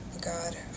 god